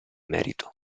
merito